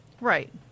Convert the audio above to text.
right